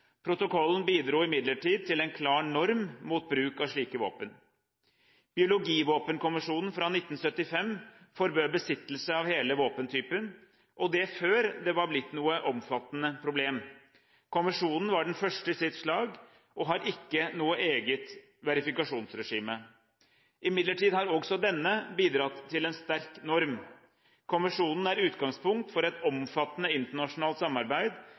Protokollen bidro imidlertid til en klar norm mot bruk av slike våpen. Biologivåpenkonvensjonen fra 1975 forbød besittelse av hele våpentypen, og det før det var blitt noe omfattende problem. Konvensjonen var den første i sitt slag og har ikke noe eget verifikasjonsregime. Imidlertid har også denne bidratt til en sterk norm. Konvensjonen er utgangspunkt for et omfattende internasjonalt samarbeid